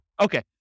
Okay